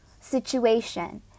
situation